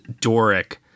Doric